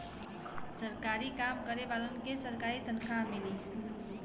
सरकारी काम करे वालन के सरकारी तनखा मिली